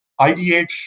IDH